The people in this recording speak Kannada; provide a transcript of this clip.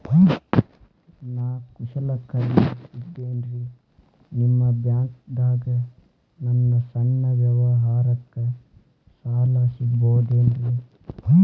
ನಾ ಕುಶಲಕರ್ಮಿ ಇದ್ದೇನ್ರಿ ನಿಮ್ಮ ಬ್ಯಾಂಕ್ ದಾಗ ನನ್ನ ಸಣ್ಣ ವ್ಯವಹಾರಕ್ಕ ಸಾಲ ಸಿಗಬಹುದೇನ್ರಿ?